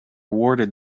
awarded